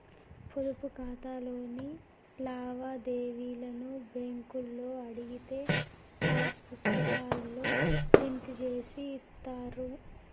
పొదుపు ఖాతాలోని లావాదేవీలను బ్యేంకులో అడిగితే పాసు పుస్తకాల్లో ప్రింట్ జేసి ఇత్తారు